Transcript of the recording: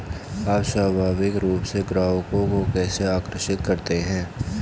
आप स्वाभाविक रूप से ग्राहकों को कैसे आकर्षित करते हैं?